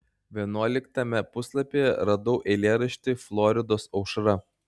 vienuoliktame puslapyje radau eilėraštį floridos aušra